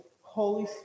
Holy